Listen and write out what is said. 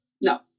No